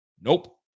Nope